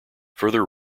further